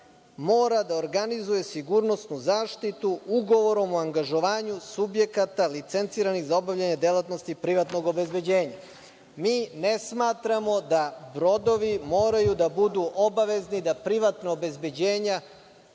mora da organizuje sigurnosnu zaštitu ugovorom o angažovanju subjekata, licenciranih za obavljanje delatnosti privatnog obezbeđenja. Mi ne smatramo da brodovi moraju da budu obavezni, da privatna obezbeđenja